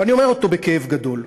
ואני אומר אותו בכאב גדול.